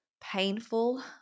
painful